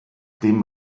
dem